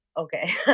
okay